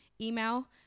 email